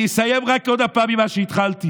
אני אסיים רק עוד פעם עם מה שהתחלתי: